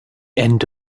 end